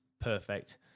Perfect